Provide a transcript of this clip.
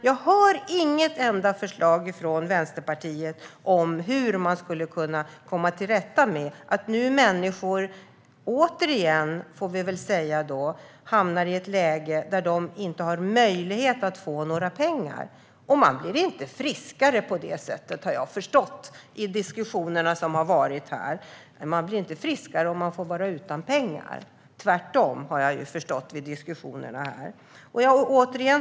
Jag hör inget enda förslag från Vänsterpartiet om hur vi kan komma till rätta med att människor åter hamnar i ett läge där de inte får några pengar. Man blir inte friskare av att vara utan pengar. Tvärtom, har jag ju förstått av diskussionerna här.